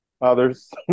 Others